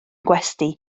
gwesty